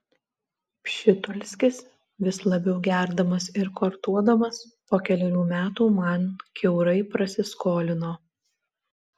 pšitulskis vis labiau gerdamas ir kortuodamas po kelerių metų man kiaurai prasiskolino